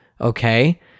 Okay